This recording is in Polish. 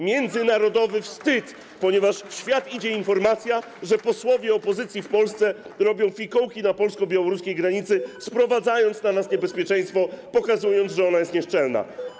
międzynarodowy wstyd, ponieważ w świat idzie informacja, że posłowie opozycji w Polsce robią fikołki na polsko-białoruskiej granicy, sprowadzając na nas niebezpieczeństwo, pokazując, że ona jest nieszczelna.